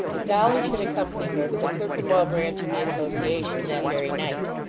that dolly should accompany her to the clerkenwell branch of the association, that very night.